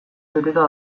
beteta